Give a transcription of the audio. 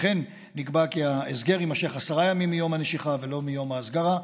וכן נקבע כי ההסגר יימשך עשרה ימים מיום הנשיכה ולא מיום ההסגרה.